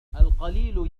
القليل